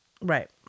Right